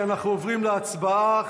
אנחנו עוברים לדיון האישי.